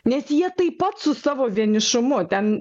nes jie taip pat su savo vienišumu ten